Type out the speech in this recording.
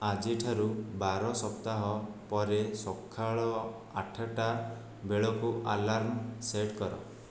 ଆଜି ଠାରୁ ବାର ସପ୍ତାହ ପରେ ସକାଳ ଆଠଟା ବେଳକୁ ଆଲାର୍ମ ସେଟ୍ କର